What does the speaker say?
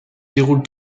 déroule